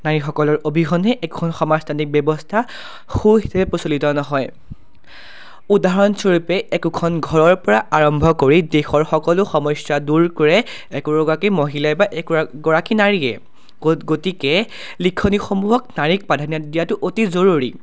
নাৰীসকলৰ অবিহনে একোখন সমাজতান্ত্ৰিক ব্যৱস্থা সুচাৰুৰূপে প্ৰচলিত নহয় উদাহৰণস্বৰূপে একোখন ঘৰৰ পৰা আৰম্ভ কৰি দেশৰ সকলো সমস্যা দূৰ কৰে একোগৰাকী মহিলাই বা একোগৰাকী নাৰীয়ে গতিকে লিখনিসমূহক নাৰীক প্ৰাধান্য দিয়াটো অতি জৰুৰী